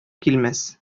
килмәс